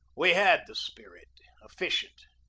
we had the spirit efficient,